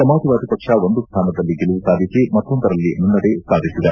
ಸಮಾಜವಾದಿ ಪಕ್ಷ ಒಂದು ಸ್ವಾನದಲ್ಲಿ ಗೆಲುವು ಸಾಧಿಸಿ ಮತ್ತೊಂದರಲ್ಲಿ ಮುನ್ನಡೆ ಸಾಧಿಸಿದೆ